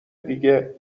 دیگه